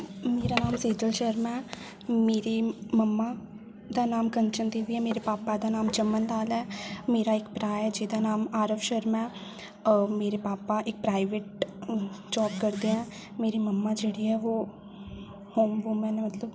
मेरा नाम सेजल शर्मा ऐ मेरी मम्मा दा नाम कंचन देवी ऐ मेरे पापा दा नाम चमन लाल ऐ मेरा इक भ्राऽ ऐ जेह्दा नाम आरव शर्मा ऐ मेरे पापा इक प्राइवेट जाब करदे न मेरी मम्मा जेह्ड़ियां ओह् होम वूमेन मतलब